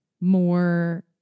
more